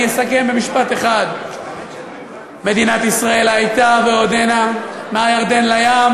אני אסכם במשפט אחד: מדינת ישראל הייתה ועודנה מהירדן לים.